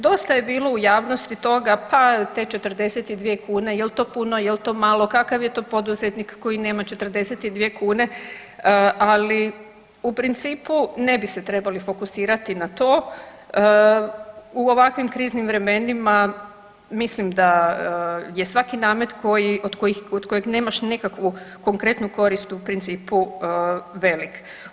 Dosta je bilo u javnosti toga pa te 42,00 kuna jel to puno, jel to malo, kakav je to poduzetnik koji nema 42,00 kune, ali u principu ne bi se trebali fokusirati na to u ovakvim kriznim vremenima mislim da je svaki namet od kojeg nemaš nekakvu konkretnu korist u principu velik.